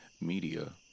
Media